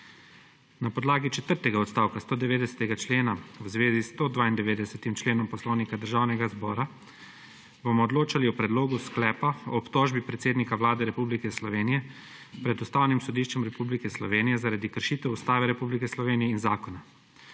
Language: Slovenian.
Na podlagi četrtega odstavka 190. člena v zvezi s 192. členom Poslovnika Državnega zbora bomo odločali o predlogu sklepa o obtožbi predsednika Vlade Republike Slovenije pred Ustavnim sodiščem Republike Slovenije, zaradi kršitev Ustave Republike Slovenije in zakona.